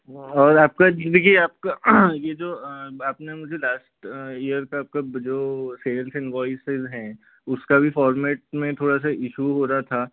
और आपका देखिये आपका ये जो आपने मुझे लास्ट ईअर का आपका जो सेल्स इनवॉइसेज हैं उसका भी फॉरमैट में थोड़ा सा इश्यू हो रहा था